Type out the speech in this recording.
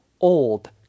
Old